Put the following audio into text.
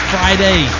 Friday